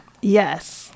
Yes